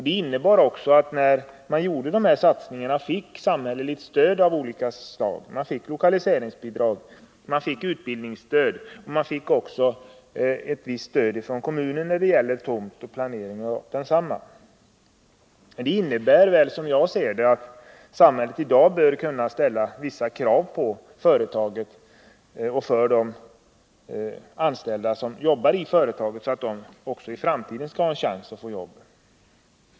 Det innebar att man för denna satsning fick samhälleligt stöd av olika slag: lokaliseringsbidrag, utbildningsstöd samt visst stöd från kommunen till tomt och planering av densamma. Detta medför, som jag ser det, att samhället i dag bör kunna ställa krav på företaget att de anställda som jobbar i företaget också i framtiden skall ha en chans att få jobb.